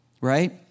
right